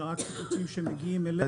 אלא רק שיפוצים שמגיעים אלינו.